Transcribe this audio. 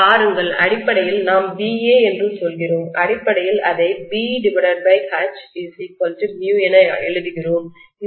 பாருங்கள் அடிப்படையில் நாம் BA என்று சொல்கிறோம் அடிப்படையில் அதை BH என எழுதுகிறோம்